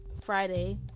friday